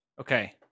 Okay